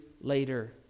later